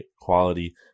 quality